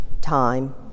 time